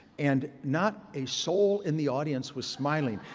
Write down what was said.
and not a soul in the audience was smiling.